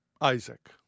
Isaac